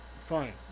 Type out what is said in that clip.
fine